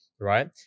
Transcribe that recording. right